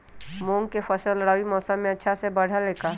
मूंग के फसल रबी मौसम में अच्छा से बढ़ ले का?